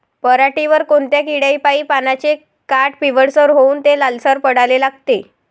पऱ्हाटीवर कोनत्या किड्यापाई पानाचे काठं पिवळसर होऊन ते लालसर पडाले लागते?